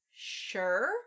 Sure